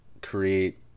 create